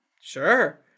Sure